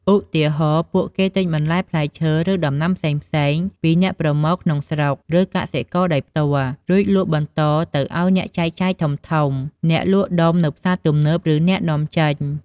ឧទាហរណ៍ ពួកគេទិញបន្លែ ផ្លែឈើ ឬដំណាំផ្សេងៗពីអ្នកប្រមូលក្នុងស្រុក ឬកសិករដោយផ្ទាល់ រួចលក់បន្តទៅឱ្យអ្នកចែកចាយធំៗ អ្នកលក់ដុំនៅផ្សារទំនើប ឬអ្នកនាំចេញ។